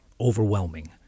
overwhelming